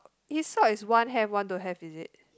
his sock is one have one don't have is it